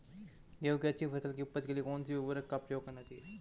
गेहूँ की अच्छी फसल की उपज के लिए कौनसी उर्वरक का प्रयोग करना चाहिए?